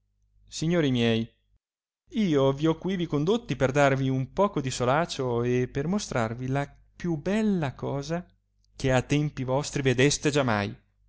signori miei io vi ho quivi condotti per darvi un poco di solacio e per mostrarvi la più bella cosa che a tempi vostri vedeste giamai